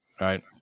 right